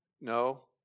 No